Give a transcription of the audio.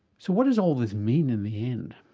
so what does all this mean in the end?